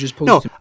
No